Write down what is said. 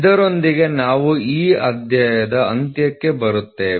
ಇದರೊಂದಿಗೆ ನಾವು ಈ ಅಧ್ಯಾಯದ ಅಂತ್ಯಕ್ಕೆ ಬರುತ್ತೇವೆ